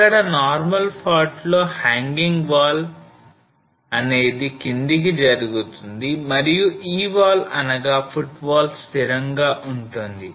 ఇక్కడ Normal fault లో hanging wall అనేది కిందికి జరుగుతుంది మరియు ఈ wall అనగా footwall స్థిరంగా ఉంటుంది